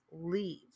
leave